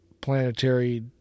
planetary